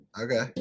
Okay